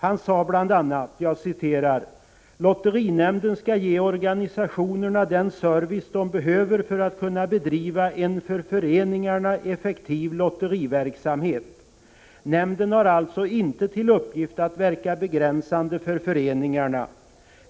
Han sade bl.a.: ”Lotterinämnden skall ge organisationerna den service de behöver för att kunna bedriva en för föreningarna effektiv lotteriverksamhet. Nämnden har alltså inte till uppgift att verka begränsande för föreningarna.